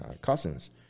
cousins